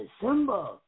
December